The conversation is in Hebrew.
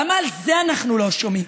למה על זה אנחנו לא שומעים?